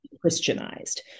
Christianized